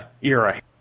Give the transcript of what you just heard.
era